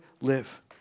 live